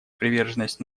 приверженность